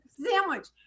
sandwich